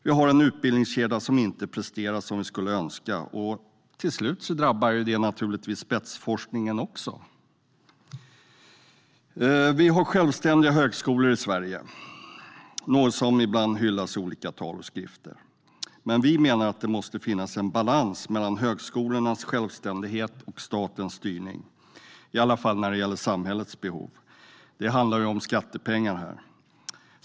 Vi har en utbildningskedja som inte presterar som vi skulle önska, och till slut drabbar det naturligtvis också spetsforskningen. Vi har självständiga högskolor i Sverige, något som ibland hyllas i olika tal och i skrifter. Men vi menar att det måste finnas en balans mellan högskolornas självständighet och statens styrning, i alla fall när det gäller samhällets behov. Det handlar ju om skattepengar här.